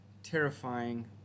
terrifying